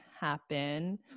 happen